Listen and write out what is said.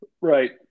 right